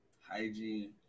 hygiene